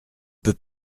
peut